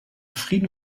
frieden